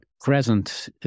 present